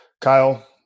Kyle